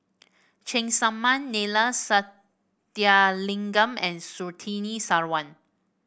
Cheng Tsang Man Neila Sathyalingam and Surtini Sarwan